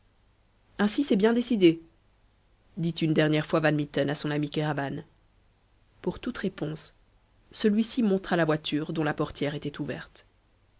ainsi c'est bien décidé dit une dernière fois van mitten à son ami kéraban pour toute réponse celui-ci montra la voiture dont la portière était ouverte